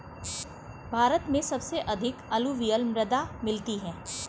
भारत में सबसे अधिक अलूवियल मृदा मिलती है